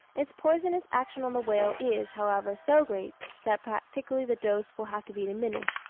its poisonous action on the whale is, however, so great that practically the dose will have to be diminished,